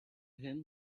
him